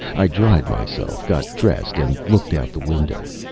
i dried myself, got dressed and looked out the window.